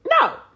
no